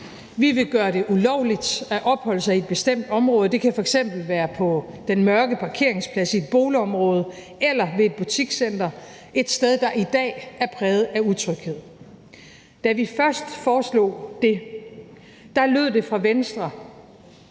Vi vil gøre det ulovligt at opholde sig i et bestemt område. Det kan f.eks. være på den mørke parkeringsplads i et boligområde eller ved et butikscenter – et sted, der i dag er præget af utryghed. Da vi først foreslog det, lød det fra Venstre,